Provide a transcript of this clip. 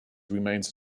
remains